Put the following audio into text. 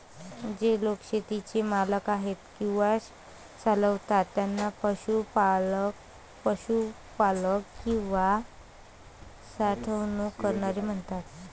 जे लोक शेतीचे मालक आहेत किंवा चालवतात त्यांना पशुपालक, पशुपालक किंवा साठवणूक करणारे म्हणतात